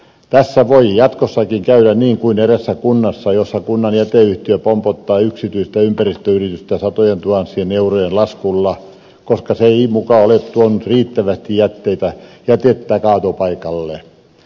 tässä voi jatkossakin käydä niin kuin eräässä kunnassa jossa kunnan jäteyhtiö pompottaa yksityistä ympäristöyritystä satojentuhansien eurojen laskulla koska se ei muka ole tuonut riittävästi jätettä kaatopaikalle